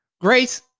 Grace